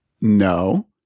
no